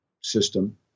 system